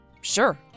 Sure